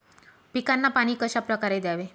पिकांना पाणी कशाप्रकारे द्यावे?